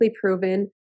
proven